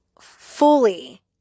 fully